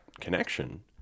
connection